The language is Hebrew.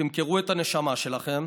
תמכרו את הנשמה שלכם,